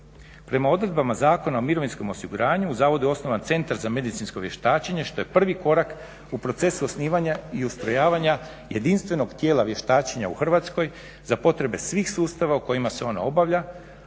Prema odredbama Zakona o mirovinskom osiguranju u zavodu je osnovan centar za medicinsko vještačenje što je prvi korak u procesu osnivanja i ustrojavanja jedinstvenog tijela vještačenja u Hrvatskoj za potrebe svih sustava u kojima se on obavlja,